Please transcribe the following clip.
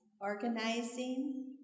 organizing